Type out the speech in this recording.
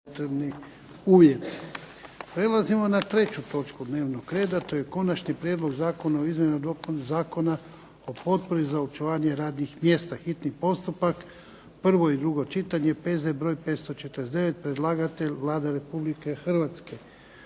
Prelazimo na treću točku dnevnog reda, a to je - Konačni prijedlog zakona o izmjenama Zakona o potpori za očuvanje radnih mjesta, hitni postupak, prvo i drugo čitanje, P.Z. br. 549 Predlagatelj Vlada Republike Hrvatske.